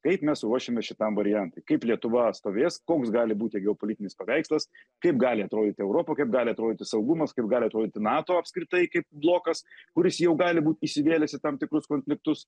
kaip mes ruošiamės šitam variantui kaip lietuva stovės koks gali būti geopolitinis paveikslas kaip gali atrodyti europa kaip gali atrodyti saugumas kaip gali atrodyti nato apskritai kaip blokas kuris jau gali būt įsivėlęs į tam tikrus konfliktus